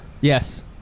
Yes